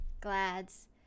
glads